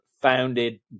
founded